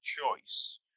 choice